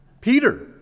Peter